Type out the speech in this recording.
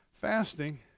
fasting